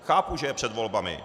Chápu, že je před volbami.